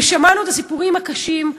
ושמענו את הסיפורים הקשים,